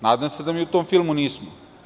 Nadam se da mi u tom filmu nismo.